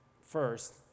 first